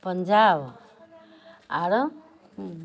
पंजाब आरो